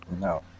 No